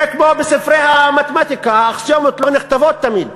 זה כמו בספרי המתמטיקה, האקסיומות לא נכתבות תמיד.